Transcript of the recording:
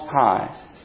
high